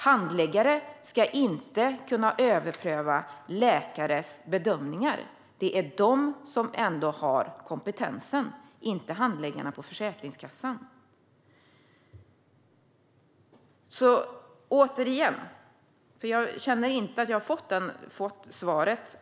Handläggare ska inte kunna överpröva läkares bedömningar. Det är läkarna som har kompetensen, inte handläggarna på Försäkringskassan. Jag känner inte att jag har fått svar på min fråga.